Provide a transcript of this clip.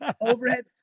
Overhead